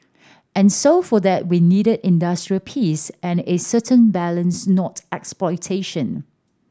and so for that we needed industrial peace and a certain balance not exploitation